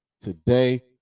today